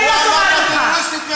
אני לא שומעת אותך.